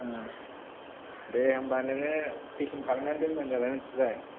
दे होमबा नोङो पेकिं खालामनानै दोनबानो जाबाय मिथिबाय